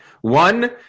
One